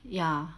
ya